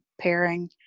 pairing